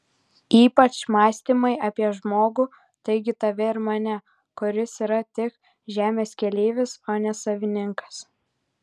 ypač mąstymai apie žmogų taigi tave ir mane kuris yra tik žemės keleivis o ne savininkas